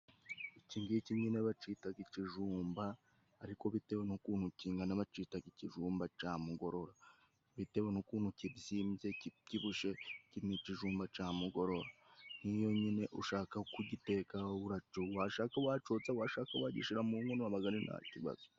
Iki giki nyine bacitaga ikijumba ,ariko bitewe n'ukuntu kingana bacitaga ikijumba ca mugorora ,bitewe n' ukuntu kibyimbye, kibyibushye, iki n'ikijumba ca mugorora ,nkiyo nyine ushaka kugiteka wowura washaka kucotsa, washaka wagishira mu nkono ,abaga ari nta kibazo.